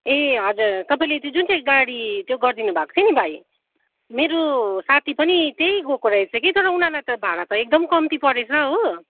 ए हजुर तपाईँले त्यो जुन चाहिँ गाडी त्यो गरिदिनु भएको थियो नि भाइ मेरो साथी पनि त्यहीँ गएको रहेछ कि तर उनीहरूलाई त भाडा त एकदम कम्ती परेछ हो